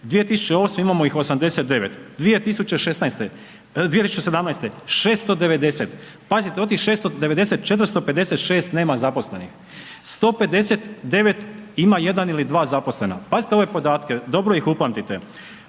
2008. imamo ih 89, 2017. 690, pazite, od tih 690, 456 nema zaposlenih, 159 ima 1 ili 2 zaposlena, pazite ove podatke, dobro ih upamtite,